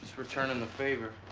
returnin' the favor.